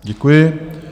Děkuji.